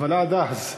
אבל עד אז,